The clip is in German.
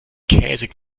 käsig